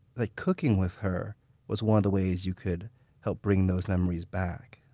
that cooking with her was one of the ways you could help bring those memories back.